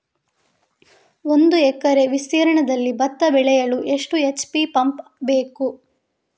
ಒಂದುಎಕರೆ ವಿಸ್ತೀರ್ಣದಲ್ಲಿ ಭತ್ತ ಬೆಳೆಯಲು ಎಷ್ಟು ಎಚ್.ಪಿ ಪಂಪ್ ಬೇಕು?